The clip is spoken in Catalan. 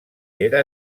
era